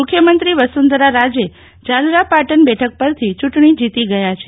મુખ્યમંત્રી વસુંધરા રાજે ઝાલરાપાટન બેઠક પરથી ચૂંટણી જીતી ગયા છે